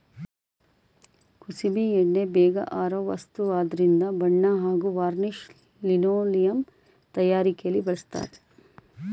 ಕುಸುಬೆ ಎಣ್ಣೆ ಬೇಗ ಆರೋ ವಸ್ತುವಾದ್ರಿಂದ ಬಣ್ಣ ಹಾಗೂ ವಾರ್ನಿಷ್ ಲಿನೋಲಿಯಂ ತಯಾರಿಕೆಲಿ ಬಳಸ್ತರೆ